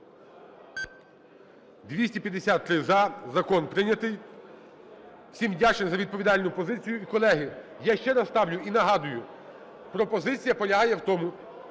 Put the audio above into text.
За-253 Закон прийнятий. Всім вдячний за відповідальну позицію. Колеги, я ще раз ставлю і нагадую, пропозиція полягає в тому,